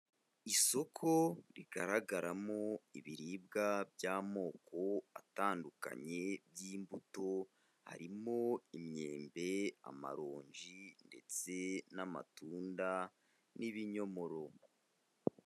Isoko rigaragaramo ibiribwa by'amoko atandukanye by'imbuto, harimo imyembe, amaronji ndetse n'amatunda n'ibinyomoro.